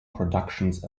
productions